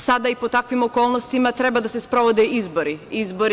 Sada i pod takvim okolnostima treba da se sprovode izbori.